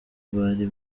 bari